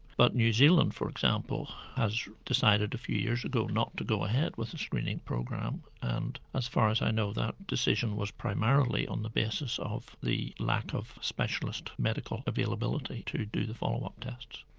but new zealand for example has decided a few years ago not to go ahead with the screening program. and as far as i know that decision was primarily on the basis of the lack of specialist medical availability to do the follow-up tests.